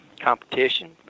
Competition